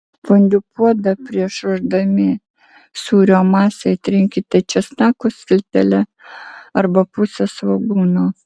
fondiu puodą prieš ruošdami sūrio masę įtrinkite česnako skiltele arba puse svogūno